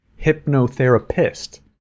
hypnotherapist